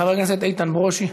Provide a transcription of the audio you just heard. חבר הכנסת איתן ברושי.